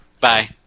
Bye